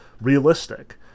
realistic